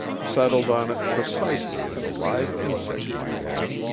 settled on it precisely as a live insect might have,